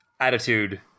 attitude